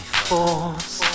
force